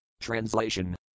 Translation